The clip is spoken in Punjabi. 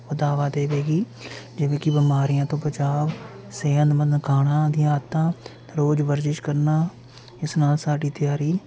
ਨੂੰ ਵਧਾਵਾ ਦੇਵੇਗੀ ਜਿਵੇਂ ਕਿ ਬਿਮਾਰੀਆਂ ਤੋਂ ਬਚਾਅ ਸਿਹਤਮੰਦ ਖਾਣਾ ਦੀਆਂ ਆਦਤਾਂ ਰੋਜ਼ ਵਰਜਿਸ਼ ਕਰਨਾ ਇਸ ਨਾਲ ਸਾਡੀ ਤਿਆਰੀ